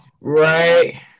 Right